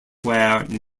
where